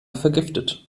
vergiftet